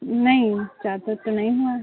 नई ज्यादा तो नहीं हुआ है